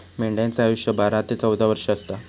मेंढ्यांचा आयुष्य बारा ते चौदा वर्ष असता